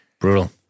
Brutal